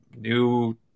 new